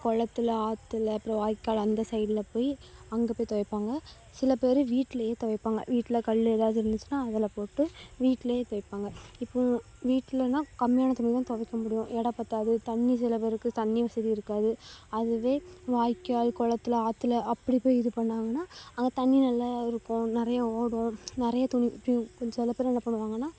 குளத்துல ஆத்தில் அப்புறம் வாய்க்கால் அந்த சைடில் போய் அங்கே போய் துவைப்பாங்க சில பேர் வீட்லேயே துவைப்பாங்க வீட்டில் கல் எதாவது இருந்துச்சுன்னால் அதில் போட்டு வீட்லேயே துவைப்பாங்க இப்போது வீட்லேன்னா கம்மியான துணி தான் துவைக்க முடியும் இடம் பற்றாது தண்ணி சில பேருக்கு தண்ணியும் சரி இருக்காது அதுவே வாய்க்கால் குளத்துல ஆத்தில் அப்படி போய் இது பண்ணாங்கன்னால் அங்கே தண்ணி நல்லா இருக்கும் நிறையா ஓடும் நிறையா துணி கொஞ்சம் சில பேர் என்ன பண்ணுவாங்கன்னால்